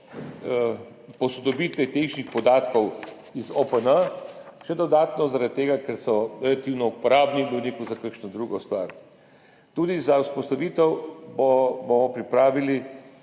posodobitve tehničnih podatkov iz OPN, še dodatno zaradi tega, ker so relativno uporabni tudi za kakšno drugo stvar. Tudi za vzpostavitev bomo pripravili